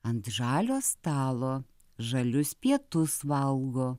ant žalio stalo žalius pietus valgo